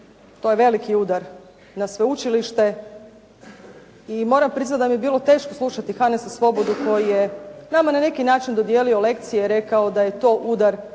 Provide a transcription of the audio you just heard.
To je veliki udar na sveučilište i moram priznati da mi je bilo teško slušati Hanesa Svobodu koji je nama na neki način dodijelio lekcije i rekao da je to udar